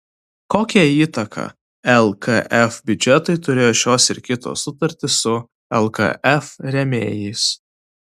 kokią įtaką lkf biudžetui turėjo šios ir kitos sutartys su lkf rėmėjais